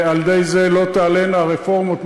ועל-ידי זה לא תעלינה רפורמות.